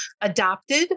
adopted